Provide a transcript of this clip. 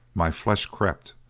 my flesh crept,